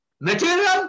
material